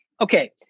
okay